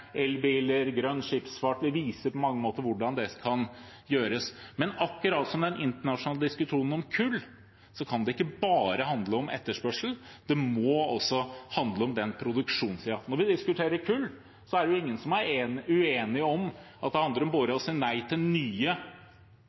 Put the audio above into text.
elbiler og grønn skipsfart, vi viser på mange måter hvordan det kan gjøres, men akkurat som i den internasjonale diskusjonen om kull, kan det ikke bare handle om etterspørsel, det må også handle om produksjonssiden. Når vi diskuterer kull, er det ingen som er uenige om at det handler om både å si nei til nye